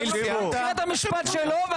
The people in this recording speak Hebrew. אתם לוקחים את תחילת המשפט שלו,